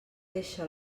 deixa